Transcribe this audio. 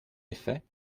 effet